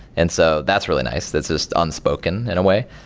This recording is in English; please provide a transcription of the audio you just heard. and so that's really nice. that's just unspoken in a way.